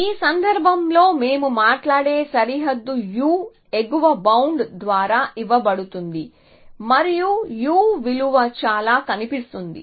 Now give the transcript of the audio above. ఈ సందర్భంలో మేము మాట్లాడే సరిహద్దు u ఎగువ బౌండ్ ద్వారా ఇవ్వబడుతుంది మరియు u విలువ ఇలా కనిపిస్తుంది